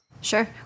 Sure